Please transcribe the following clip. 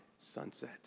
sunset